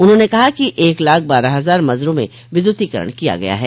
उन्होंने कहा कि एक लाख बारह हजार मजरों में विद्यूतीकरण किया गया है